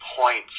points